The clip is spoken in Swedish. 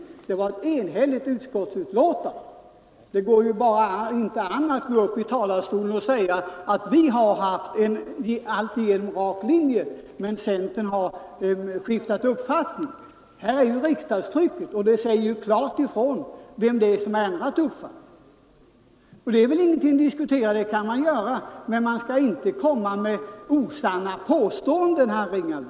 Det var ett enhälligt utskott. Det går ju bara inte an att gå upp i talarstolen och säga: Vi har haft en alltigenom rak linje, men centern har skiftat uppfattning. Här är riksdagstrycket, och det säger klart ifrån vem det är som har ändrat uppfattning. Nå, man kan ju ändra uppfattning, men man skall inte komma med osanna påståenden, herr Ringaby.